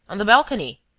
on the balcony.